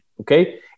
okay